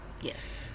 yes